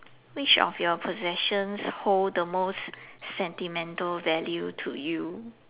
which of your possessions hold the most sentimental value to you